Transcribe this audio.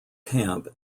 camp